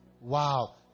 Wow